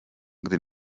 gdy